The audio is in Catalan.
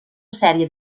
sèrie